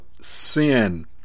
sin